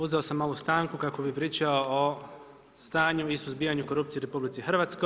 Uzeo sam ovu stanku kako bi pričao o stanju i suzbijanju korupcije u RH.